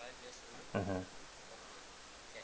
mmhmm